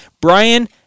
Brian